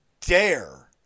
dare